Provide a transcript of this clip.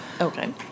Okay